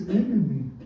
enemy